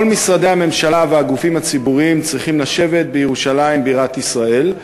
כל משרדי הממשלה והגופים הציבוריים צריכים לשבת בירושלים בירת ישראל.